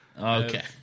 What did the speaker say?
okay